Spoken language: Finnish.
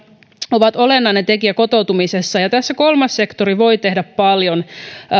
ovat olennainen tekijä kotoutumisessa tässä kolmas sektori voi tehdä paljon